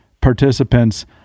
participants